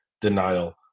denial